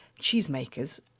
cheesemakers